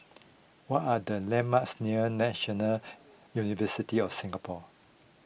what are the landmarks near National University of Singapore